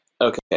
Okay